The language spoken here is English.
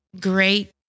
great